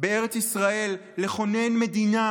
בארץ ישראל לכונן מדינה